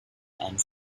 and